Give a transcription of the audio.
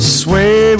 sway